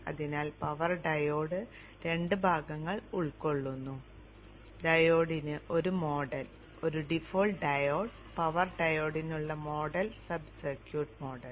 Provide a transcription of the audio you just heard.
അതിനാൽ power diode 2 ഭാഗങ്ങൾ ഉൾക്കൊള്ളുന്നു ഡയോഡിന് ഒരു മോഡൽ ഒരു ഡിഫോൾട്ട് ഡയോഡ് പവർ ഡയോഡിനുള്ള മോഡൽ സബ് സർക്യൂട്ട് മോഡൽ